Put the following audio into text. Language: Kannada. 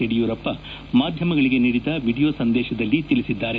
ಯಡಿಯೂರಪ್ಪ ಮಾಧ್ಯಮಗಳಿಗೆ ನೀಡಿದ ವಿಡಿಯೋ ಸಂದೇಶದಲ್ಲಿ ತಿಳಿಸಿದ್ದಾರೆ